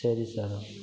சரி சார்